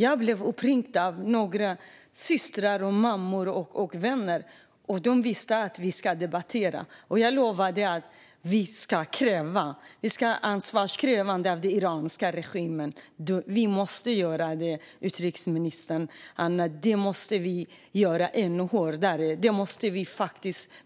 Jag blev uppringd av några systrar, mammor och vänner som visste att vi skulle debattera i dag, och jag lovade att vi ska utkräva ansvar från den iranska regimen. Vi måste göra det, utrikesminister Ann Linde! Vi måste göra det ännu hårdare. Vi måste